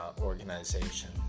organization